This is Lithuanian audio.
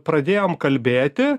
pradėjom kalbėti